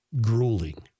grueling